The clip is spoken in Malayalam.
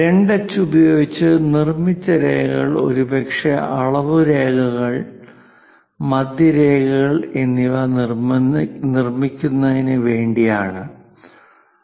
2 എച്ച് ഉപയോഗിച്ച് നിർമ്മിച്ച രേഖകൾ ഒരുപക്ഷേ അളവു രേഖകൾ മധ്യരേഖകൾ എന്നിവ നിർമ്മിക്കുന്നതിന് വേണ്ടി ആണ്